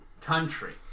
country